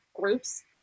groups